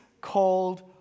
called